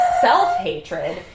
self-hatred